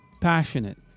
passionate